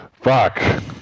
Fuck